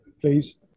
please